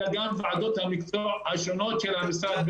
אלא גם ועדות המקצוע השונות של המשרד,